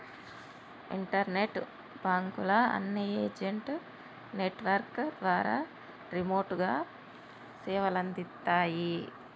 internet బాంకుల అన్ని agent network ద్వారా రిమోట్ గా సేవలందిత్తాయి